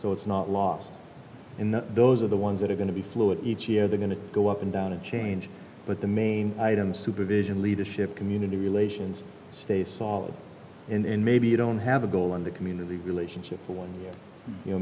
so it's not lost in the those are the ones that are going to be fluid each year they're going to go up and down and change but the main items supervision leadership community relations stay solid and maybe you don't have a goal in the community relationship for you know